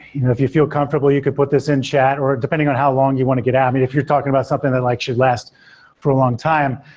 you know if you feel comfortable, you could put this in chat, or depending on how long you want to get at, if you're talking about something that like should last for a long time,